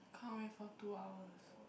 can't wait for two hours